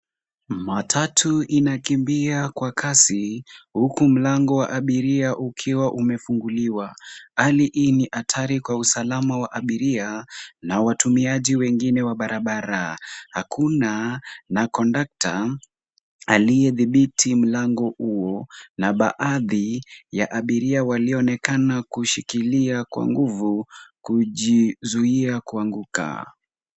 Matatu inakimbia kwa kasi, huku mlango wa abiria ukiwa umefunguliwa, hali hii ni hatari kwa usalama wa abiria na watumiaji wengine wa barabara, hakuna kondakta aliyedhibiti mlango huo na baadhi ya abiria walionekana kushikilia kwa nguvu, kujizuia kuanguka.